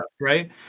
right